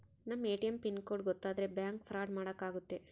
ನಮ್ ATM pin code ಗೊತ್ತಾದ್ರೆ bank fraud ಮಾಡಾಕ ಆಗುತ್ತೆ